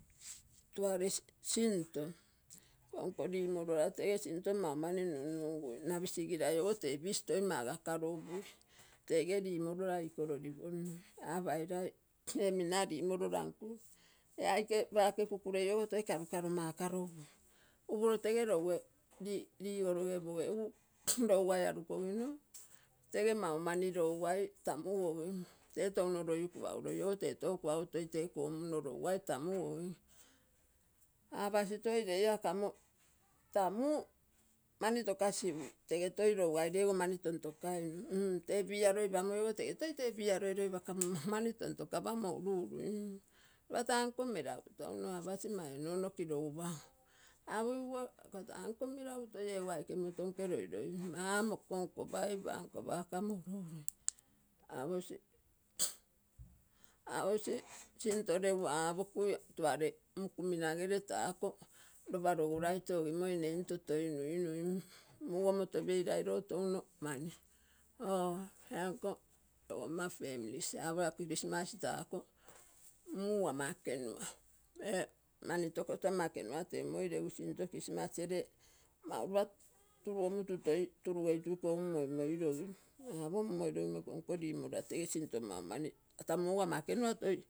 Tuare sinto, iko nko romorora tege sinto mau mani nunnugui. Nabis sirai ogo tee fish toi magakaro upui. Tege rimorora iko roriponnoi apai ree minna rimorora nno nkogi iee aike pakee kukurei ogo toi karugakaro makara upui. upuro toi tege rouge rigoroge opoge egu rougai arukogino tege mau mani laigai tamugogim. Tauno roi kuago roi ogo tee touno kuago toi kee kommuno laugai tamugogim. Apasi toi rei akamo tamu mani tokasi ui, tege toi laugai lego mani tontokainun mm tee beer roipamoi ogo tata tege toi tege beer loiroipakamo mani tontakamo uruunii. Ropa tanko meragu touno apasi. mai onoono kirogupa, apogiguo ako tanko meragu toi ego aikee imotoinke loiloipem. Mamoko nko pai panko aposi aposi sinto regu apoku tuave mokumin agree tako lopa rogo ogimoi nne imoto toi nuinui. Mugomoto parai ro touno mani, oo aiko logama families, apo la christmas tako muu ama ekenua, ee mani tokoto ama ekenua teumoi regu sinto christmas gere ropa tuugomutu toi iko umm moimoirogim. Apo umm moirogimo ikonko rimorora tege sinto mau mani tamu ago ama ekenua toi.